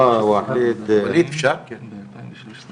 גם ברמה האופרטיבית וגם ברמה --- בשוטף אתם בדאון.